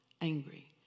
angry